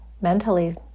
mentally